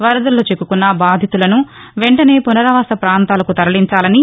వరదల్లో చిక్కుకున్న బాధితులను వెంటనే పునారావాస పాంతాలకు తరలించాలని